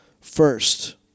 First